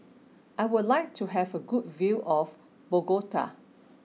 I would like to have a good view of Bogota